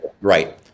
right